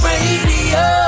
Radio